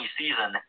season